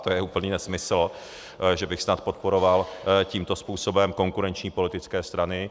To je úplný nesmysl, že bych snad podporoval tímto způsobem konkurenční politické strany.